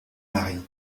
mary